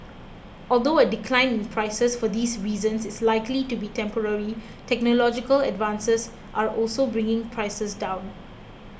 although a decline in prices for these reasons is likely to be temporary technological advances are also bringing prices down